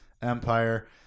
Empire